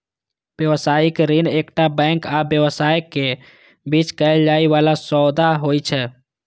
व्यावसायिक ऋण एकटा बैंक आ व्यवसायक बीच कैल जाइ बला सौदा होइ छै